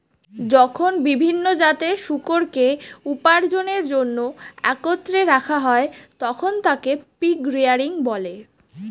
যখন বিভিন্ন জাতের শূকরকে উপার্জনের জন্য একত্রে রাখা হয়, তখন তাকে পিগ রেয়ারিং বলে